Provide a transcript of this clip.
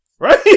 Right